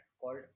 called